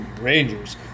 Rangers